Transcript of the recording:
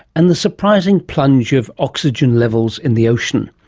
and the surprising plunge of oxygen levels in the ocean.